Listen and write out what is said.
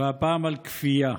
והפעם על כפייה.